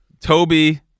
Toby